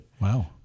Wow